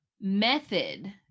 method